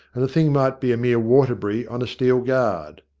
and the thing might be a mere waterbury on a steel guard.